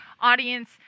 audience